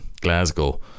Glasgow